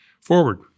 forward